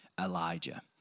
Elijah